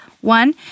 one